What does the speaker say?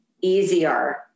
easier